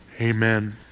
Amen